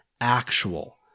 actual